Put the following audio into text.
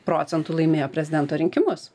procentu laimėjo prezidento rinkimus